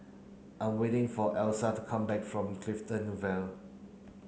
I am waiting for Elyssa to come back from Clifton Vale